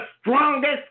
strongest